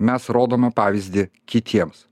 mes rodome pavyzdį kitiems